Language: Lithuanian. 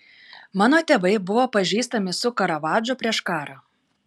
mano tėvai buvo pažįstami su karavadžu prieš karą